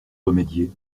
remédier